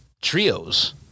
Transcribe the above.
trios